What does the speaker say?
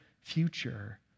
future